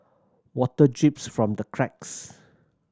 water drips from the cracks